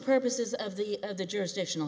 purposes of the of the jurisdiction